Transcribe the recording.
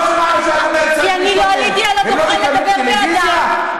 או שאת יודעת רק להסית נגד פלסטינים ונגד אסירים פלסטינים.